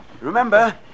Remember